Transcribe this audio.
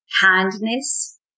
kindness